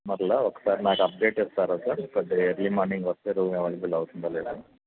మళ్ళీ ఒక్కసారి నాకు అప్డేట్ ఇస్తారా సార్ కొద్దిగా ఎర్లీ మార్నింగ్ వస్తే రూమ్ ఎవైలబుల్ అవుతుందా లేదా అని